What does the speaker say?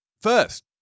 first